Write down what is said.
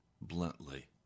bluntly